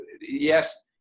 yes